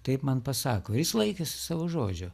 taip man pasako ir jis laikėsi savo žodžio